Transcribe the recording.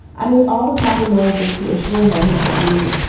i made all the proper noises to assure him he could leave.